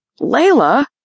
Layla